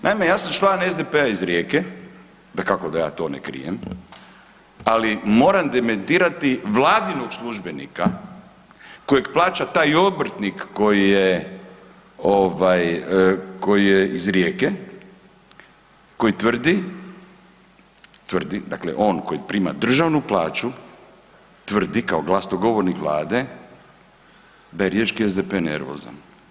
Naime, ja sam član SDP-a iz Rijeke, dakako da ja to ne krijem, ali moram dementirati vladinog službenika kojeg plaća taj obrtnik koji je ovaj koji je iz Rijeke, koji tvrdi, tvrdi, dakle on koji prima državnu plaću tvrdi kao glasnogovornik vlade da je riječki SDP nervozan.